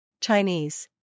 Chinese